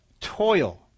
Toil